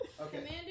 Okay